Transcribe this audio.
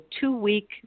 two-week